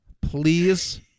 please